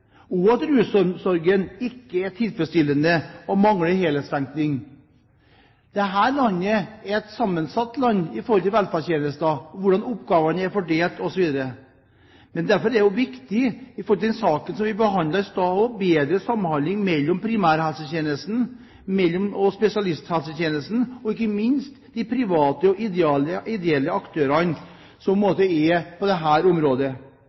og at rusomsorgen ikke er tilfredsstillende og mangler helhetstenkning. Dette landet er et sammensatt land med hensyn til velferdstjenester, hvordan oppgavene er fordelt, osv., og derfor er det viktig – også i forhold til den saken vi behandlet i sted – å få en bedre samhandling mellom primærhelsetjenesten og spesialisthelsetjenesten, og ikke minst de private og ideelle aktørene som er på dette området. Dette må gjennomgås og forbedres på